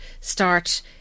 start